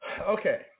Okay